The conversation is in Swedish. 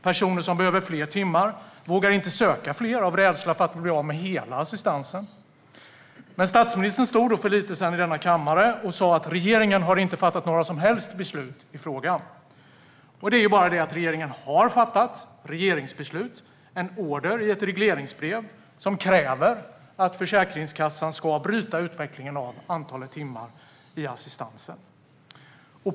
Personer som behöver fler timmar vågar inte söka fler av rädsla för att bli av med hela assistansen. För inte så länge sedan stod statsministern i denna kammare och sa att regeringen inte har fattat några som helst beslut i frågan. Det är bara det att regeringen har fattat ett regeringsbeslut - en order i ett regleringsbrev som kräver att Försäkringskassan ska bryta utvecklingen av antalet timmar i assistansen.